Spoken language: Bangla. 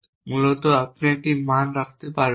মূলত আপনি একটি মান রাখতে পারবেন না